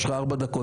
יש לך ארבע דקות.